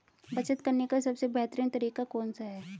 बचत करने का सबसे बेहतरीन तरीका कौन सा है?